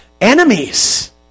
enemies